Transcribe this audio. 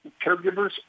caregivers